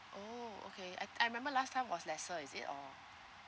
[oh[ okay I I remember last time was lesser is it or